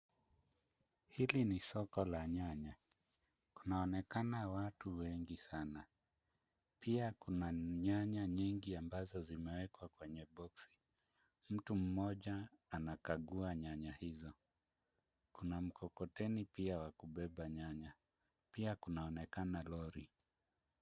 Hili ni soko la nyanya kunaonekana watu wengi sana pia kuna nyanya nyingi ambazo zimewekwa kwenye box mtu mmoja anakagua nyanya hizo. Kuna mkokoteni pia wa kubeba nyanya, pia kunaonekana lori.